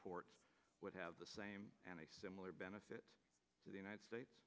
ports would have the same and a similar benefit to the united states